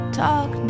talk